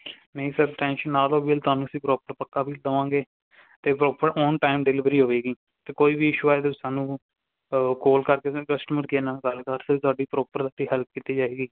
ਨਹੀਂ sir tension ਨਾ ਲਉ ਬਿੱਲ ਤੁਹਾਨੂੰ ਅਸੀਂ ਪ੍ਰੋਪਰ ਪੱਕਾ ਬਿੱਲ ਦੇਵਾਂਗੇ ਅਤੇ ਪ੍ਰੋਪਰ ਓਨ ਟਾਈਮ ਡਿਲਵਰੀ ਹੋਵੇਗੀ ਅਤੇ ਕੋਈ ਵੀ ਇਸ਼ੂ ਆਏ ਤਾਂ ਤੁਸੀਂ ਸਾਨੂੰ ਕੌਲ ਕਰਕੇ ਕਸਟਮਰ ਕੇਅਰ ਨਾਲ ਗੱਲ ਕਰ ਸਕਦੇ ਤੁਹਾਡੀ ਪ੍ਰੋਪਰ ਤੁਹਾਡੀ ਹੈਲਪ ਕੀਤੀ ਜਾਵੇਗੀ